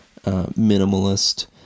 minimalist